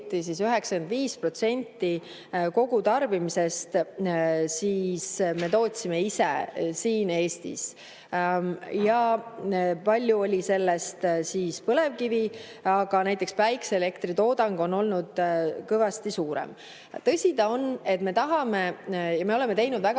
siis 95% kogutarbimisest me tootsime ise siin Eestis. Palju oli sellest põlevkivi[toodang], aga näiteks päikeseelektritoodang on olnud kõvasti suurem. Tõsi ta on, et me tahame [teha] ja me oleme teinud väga